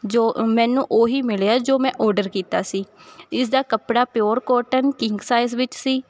ਜੋ ਮੈਨੂੰ ਉਹੀ ਮਿਲਿਆ ਜੋ ਮੈਂ ਔਡਰ ਕੀਤਾ ਸੀ ਇਸਦਾ ਕੱਪੜਾ ਪਿਓਰ ਕੋਟਨ ਕਿੰਗ ਸਾਈਜ਼ ਵਿੱਚ ਸੀ